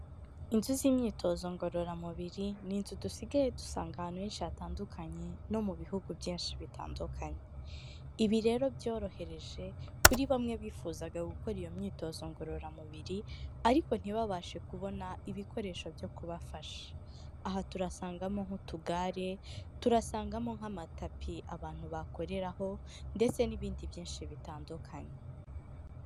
Inzu z'imyitozo ngororamubiri ni inzu dusigaye dusanga ahantu henshi hatandukanye no mu bihugu byinshi bitandukanye, ibi rero byorohereje kuri bamwe bifuzaga gukora iyo myitozo ngororamubiri, ariko ntibabashe kubona ibikoresho byo kubafasha, aha tusangamo nk'utugare, turasangamo nk'amatapi abantu bakoreraho ndetse n'ibindi byinshi bitandukanye.